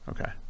Okay